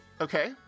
Okay